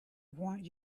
want